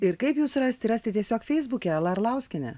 ir kaip jus rasti rasti tiesiog feisbuke ala arlauskienė